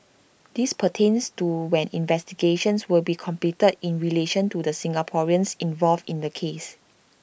this pertains to when investigations will be completed in relation to the Singaporeans involved in the case